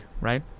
right